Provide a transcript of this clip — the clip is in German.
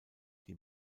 die